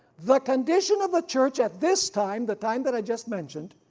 the condition of the church at this time, the time that i just mentioned,